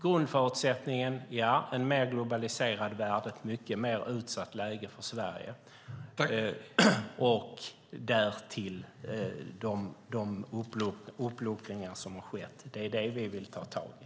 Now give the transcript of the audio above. Grundförutsättningen med en mer globaliserad värld och ett mycket mer utsatt läge för Sverige, och därtill de uppluckringar som har skett - det är det som vi vill ta tag i.